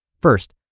First